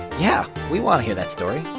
yeah. we want to hear that story